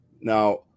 Now